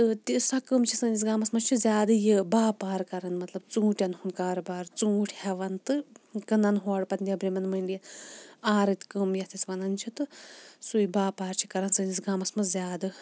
تہٕ تہِ سۄ کٲم چھِ سٲنِس گامَس مَنٛز چھِ زیادٕ یہِ باپار کَران مَطلَب ژوٗنٛٹٮ۪ن ہُنٛد کاربار ژوٗنٛٹھۍ ہیٚوان تہٕ کٕنَان ہورٕ پَتہٕ نیٚبرِمٮ۪ن منڈِیَن آرِت کٲم یتھ أسۍ وَنان چھِ تہٕ سُے باپار چھِ کَران سٲنِس گامَس مَنٛز زیادٕ